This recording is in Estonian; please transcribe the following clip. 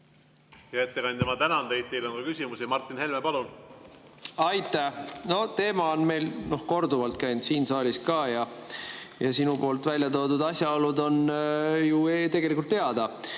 ettekandja, ma tänan teid. Teile on ka küsimusi. Martin Helme, palun! Aitäh! Teema on meil korduvalt käinud siin saalis ka ja sinu toodud asjaolud on ju tegelikult teada.